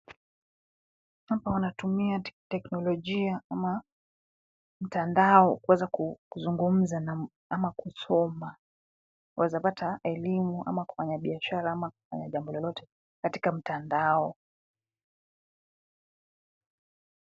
Hapa wanatumia teknolojia kama mtandao kuweza kuzungumza ama kusoma wawezapata elimu ama kufanya biashara ama jambo lolote katika mtandao.